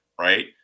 Right